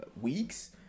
weeks